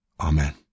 Amen